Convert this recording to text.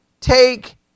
take